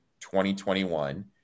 2021